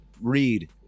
read